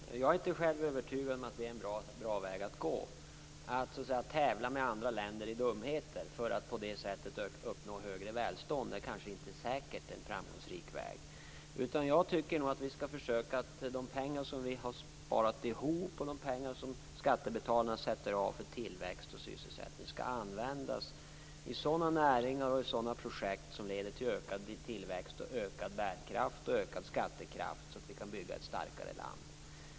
Fru talman! Jag är inte själv övertygad om att det är en bra väg att gå, att så att säga tävla med andra länder i dumheter för att på det sättet uppnå en högre nivå på välståndet. Det är inte säkert att det är en framgångsrik väg. Jag tycker att vi skall försöka använda de pengar som vi har sparat ihop och de pengar som skattebetalarna sätter av för tillväxt och sysselsättning i sådana näringar och i sådana projekt som leder till ökad tillväxt, ökad bärkraft och ökad skattekraft, så att vi kan bygga ett starkare land.